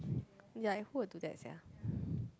like who will do that sia